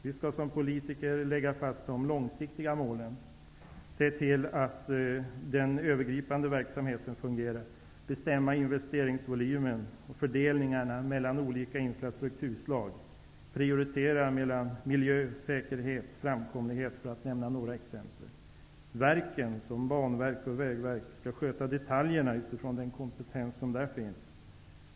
Vi skall som politiker lägga fast de långsiktiga målen, se till att den övergripande verksamheten fungerar, bestämma investeringsvolymen och fördelningen mellan olika infrastrukturslag och prioritera mellan miljö, säkerhet och framkomlighet -- för att nämna några exempel. Verken -- såsom Banverket och Vägverket -- skall sköta detaljerna utifrån den kompetens som där finns.